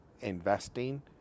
investing